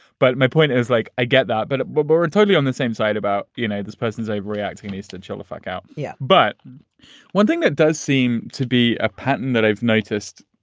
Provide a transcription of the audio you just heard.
but my point is, like, i get that. but but barbara totally on the same side about, you know, this person's overreacting needs to chill the fuck out. yeah, but one thing that does seem to be a pattern that i've noticed,